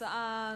הצעה נוספת,